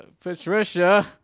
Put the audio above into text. Patricia